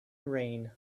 rain